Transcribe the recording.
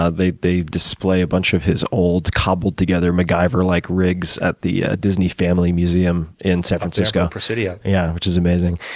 ah they they display a bunch of his old, cobbled together, macgyver-like rigs at the disney family museum in san francisco, yeah. which is amazing.